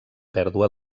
pèrdua